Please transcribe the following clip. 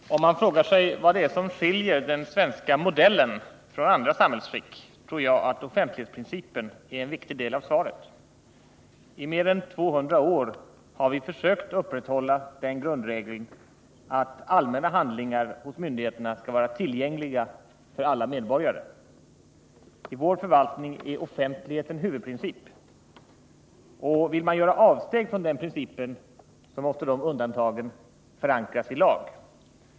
Fru talman! Om man frågar sig vad det är som skiljer ”den svenska modellen” från andra samhällsskick tror jag att offentlighetsprincipen är en viktig del av svaret. I mer än 200 år har vi försökt upprätthålla den grundregeln att allmänna handlingar hos myndigheterna skall vara tillgängliga för alla medborgare. I vår förvaltning är offentligheten huvudprincip, och vill man göra avsteg från denna princip så måste de undantagen förankras i lag.